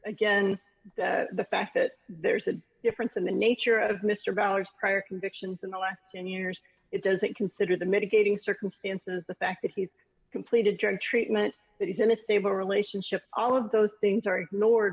again the fact that there's a difference in the nature of mr bowers prior convictions in the last ten years it doesn't consider the mitigating circumstances the fact that he's completed drug treatment that he's in a stable relationship all of those things are ignored